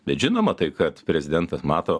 bet žinoma tai kad prezidentas mato